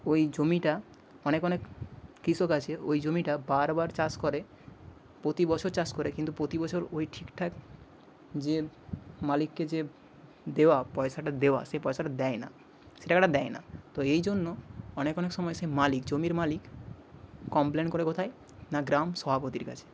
ওই জমিটা অনেক অনেক কৃষক আছে ওই জমিটা বারবার চাষ করে প্রতি বছর চাষ করে কিন্তু প্রতি বছর ওই ঠিকঠাক যে মালিককে যে দেওয়া পয়সাটা দেওয়া সেই পয়সাটা দেয় না সে টাকাটা দেয় না তো এই জন্য অনেক অনেক সময় সে মালিক জমির মালিক কমপ্লেন করে কোথায় না গ্রাম সভাপতির কাছে